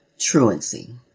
truancy